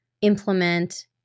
implement